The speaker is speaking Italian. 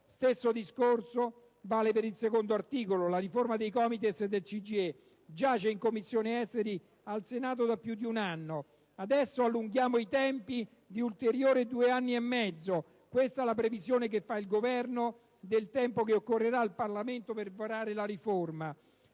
Stesso discorso vale per il secondo articolo: la riforma dei COMITES e del CGIE giace in Commissione esteri al Senato da più di un anno. Adesso allunghiamo i tempi di ulteriori due anni e mezzo: questa la previsione che fa il Governo del tempo che occorrerà al Parlamento per varare la riforma.